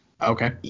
Okay